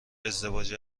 ازدواج